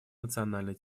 национальной